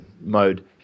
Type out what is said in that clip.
mode